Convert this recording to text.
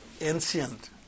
ancient